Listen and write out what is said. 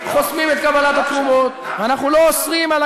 אנחנו לא חוסמים את קבלת התרומות,